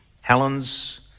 Helen's